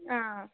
हां